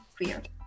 weird